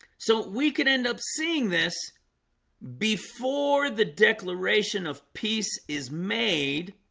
so we could end up seeing this before the declaration of peace is made